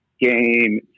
game